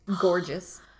gorgeous